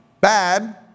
bad